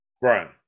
Brian